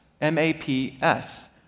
M-A-P-S